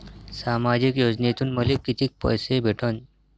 सामाजिक योजनेतून मले कितीक पैसे भेटन?